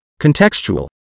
contextual